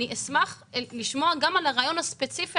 אני אשמח לשמוע גם על הרעיון הספציפי